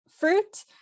fruit